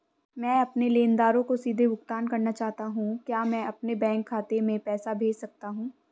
मैं अपने लेनदारों को सीधे भुगतान करना चाहता हूँ क्या मैं अपने बैंक खाते में पैसा भेज सकता हूँ?